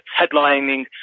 headlining